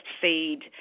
feed